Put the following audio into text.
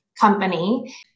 company